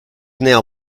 now